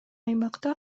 аймакта